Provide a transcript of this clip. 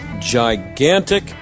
gigantic